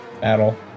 battle